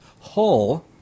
Hull